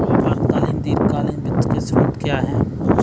अल्पकालीन तथा दीर्घकालीन वित्त के स्रोत क्या हैं?